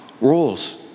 roles